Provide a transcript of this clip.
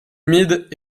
humides